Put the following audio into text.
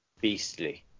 beastly